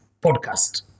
podcast